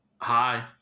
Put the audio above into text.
Hi